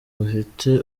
bafite